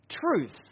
truth